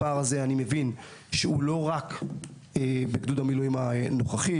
הפער הזה הוא לא רק בגדוד המילואים הנוכחי,